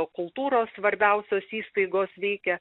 kultūros svarbiausios įstaigos veikė